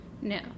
No